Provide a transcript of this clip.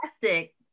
Fantastic